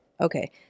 Okay